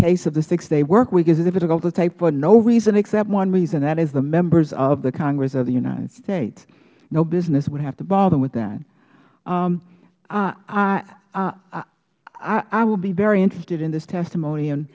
case of the six day work week is difficult to take for no reason except one reason and that is the members of the congress of the united states no business would have to bother with that i will be very interested in this testimony and